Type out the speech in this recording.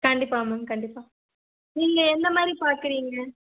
கண்டிப்பாக மேம் கண்டிப்பாக நீங்கள் எந்த மாதிரி பார்க்கறீங்க